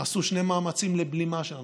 נעשו שני מאמצים לבלימה של הנושא: